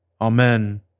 Amen